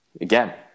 Again